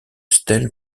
stèle